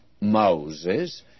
Moses